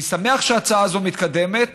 אני שמח שההצעה הזאת מתקדמת,